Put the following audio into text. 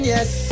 Yes